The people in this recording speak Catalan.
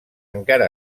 encara